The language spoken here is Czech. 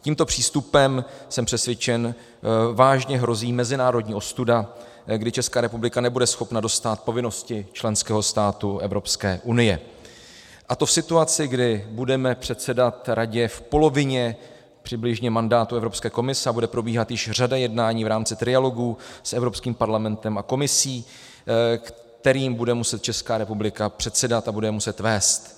Tímto přístupem, jsem přesvědčen, vážně hrozí mezinárodní ostuda, kdy Česká republika nebude schopna dostát povinnosti členského státu Evropské unie, a to v situaci, kdy budeme předsedat Radě přibližně v polovině mandátu Evropské komise a bude probíhat již řada jednání v rámci trialogů s Evropským parlamentem a Komisí, kterým bude muset Česká republika předsedat a bude je muset vést.